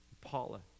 Paula